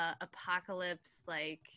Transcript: apocalypse-like